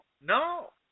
no